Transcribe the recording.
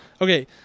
Okay